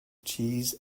cheese